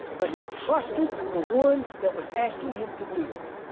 but he trusted the one that was asking him to do it.